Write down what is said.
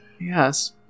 yes